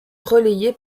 relayée